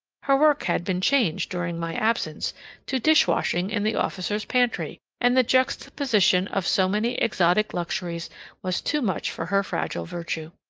her work had been changed during my absence to dishwashing in the officers' pantry, and the juxtaposition of so many exotic luxuries was too much for her fragile virtue.